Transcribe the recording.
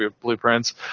blueprints